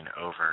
over